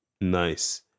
nice